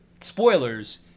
spoilers